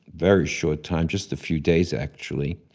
very short time, just a few days actually.